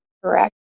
Correct